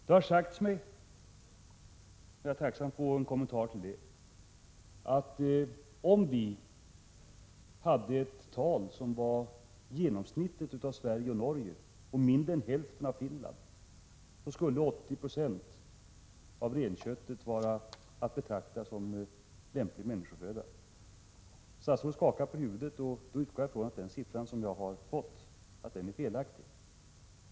Det har sagts mig — jag är tacksam för att få en kommentar till det — att om vi hade ett tal som var genomsnittet av Sveriges och Norges och mindre än hälften av Finlands, skulle 80 96 av renköttet vara att betrakta som lämplig människoföda. Statsrådet skakar på huvudet, och då utgår jag ifrån att den siffra som jag har fått är felaktig.